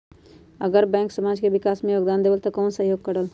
अगर बैंक समाज के विकास मे योगदान देबले त कबन सहयोग करल?